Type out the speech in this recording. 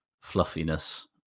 fluffiness